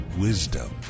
wisdom